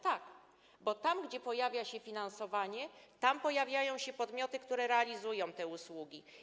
Tak, bo tam gdzie pojawia się finansowanie, tam pojawiają się podmioty, które realizują te usługi.